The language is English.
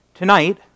Tonight